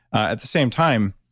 at the same time,